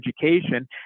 education